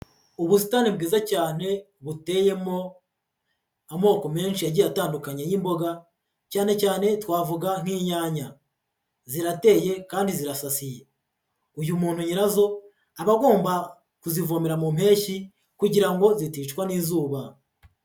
Ubusitani bwiza cyane buteyemo amoko menshi agiye atandukanye y'imboga, cyane cyane twavuga nk'inyanya, zirateye kandi zirasasiye, uyu muntu nyirazo aba agomba kuzivomerara mu mpeshyi kugira ngo ziticwa n'izuba.